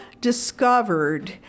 discovered